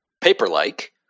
Paper-like